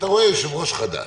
להתייחס לעניין תנאי החיוניות?